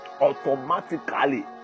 automatically